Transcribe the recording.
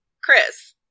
Chris